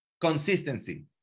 Consistency